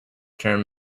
term